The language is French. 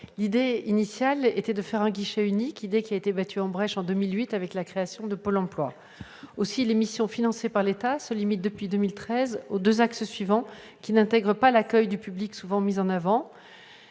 L'idée initiale visant à faire un guichet unique a été battue en brèche en 2008, avec la création de Pôle emploi. Aussi les missions financées par l'État se limitent-elles depuis 2013 aux deux axes suivants, qui n'intègrent pas l'accueil du public, souvent mis en avant